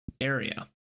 area